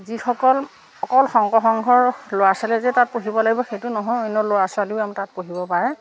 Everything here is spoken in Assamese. যিসকল অকল শংকৰ সংঘৰ ল'ৰা ছোৱালীয়ে যে তাত পঢ়িব লাগিব সেইটো নহয় অন্য ল'ৰা ছোৱালীয়েও আমাৰ তাত পঢ়িব পাৰে